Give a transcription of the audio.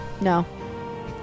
No